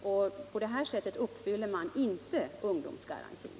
På annat sätt kan man inte uppfylla ungdomsgarantin.